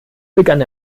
begann